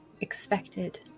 expected